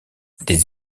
des